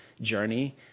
journey